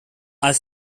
are